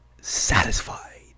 satisfied